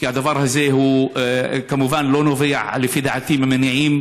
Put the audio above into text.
כי הדבר הזה לא נובע לפי דעתי ממניעים